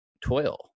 toil